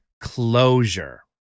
closure